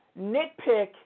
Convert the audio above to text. nitpick